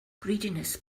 greediness